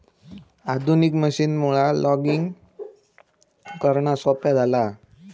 आधुनिक मशीनमुळा लॉगिंग करणा सोप्या झाला हा